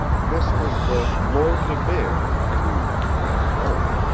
this was the lord de vere, who, when at home,